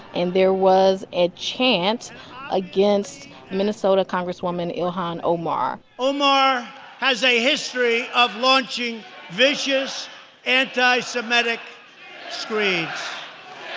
and there was a chant against minnesota congresswoman ilhan omar omar has a history of launching vicious anti-semitic screeds